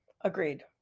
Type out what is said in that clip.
Agreed